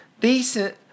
decent